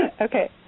Okay